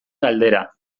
galdera